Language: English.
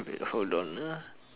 wait hold on ah